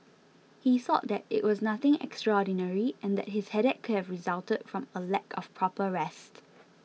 he thought that it was nothing extraordinary and that his headache could have resulted from a lack of proper rest